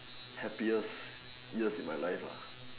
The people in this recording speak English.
happiest years in my life